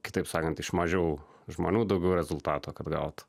kitaip sakant iš mažiau žmonių daugiau rezultato kad gaut